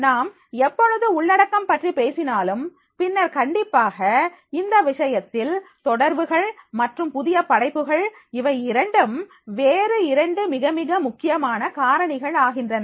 நாம் எப்பொழுது உள்ளடக்கம் பற்றி பேசினாலும் பின்னர் கண்டிப்பாக இந்த விஷயத்தில் தொடர்புகள் மற்றும் புதிய படைப்புகள் இவையிரண்டும் வேறு இரண்டு மிக மிக முக்கியமான காரணிகள் ஆகின்றன